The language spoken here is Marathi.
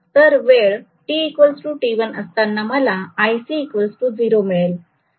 तर वेळ t t1 असताना मला iC 0 मिळेल